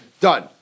done